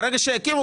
ברגע שיקימו